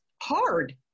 hard